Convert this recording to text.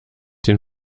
den